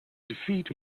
defeat